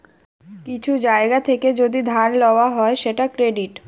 কিছু জায়গা থেকে যদি ধার লওয়া হয় সেটা ক্রেডিট